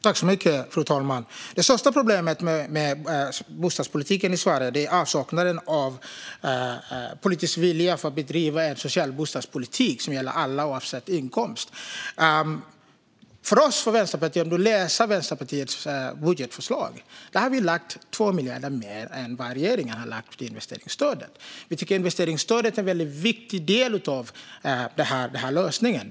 Fru talman! Det största problemet med bostadspolitiken i Sverige är avsaknaden av politisk vilja att bedriva en social bostadspolitik som gäller alla oavsett inkomst. Den som läser Vänsterpartiets budgetförslag ser att vi har lagt 2 miljarder mer än regeringen till investeringsstödet. Vi tycker att investeringsstödet är en viktig del av lösningen.